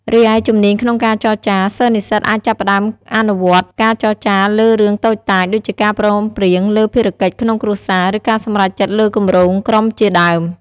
រីឯ ជំនាញក្នុងការចរចា សិស្សនិស្សិតអាចចាប់ផ្តើមអនុវត្តការចរចាលើរឿងតូចតាច ដូចជាការព្រមព្រៀងលើភារកិច្ចក្នុងគ្រួសារ ឬការសម្រេចចិត្តលើគម្រោងក្រុមជាដើម។